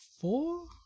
four